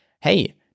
...hey